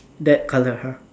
that color !huh!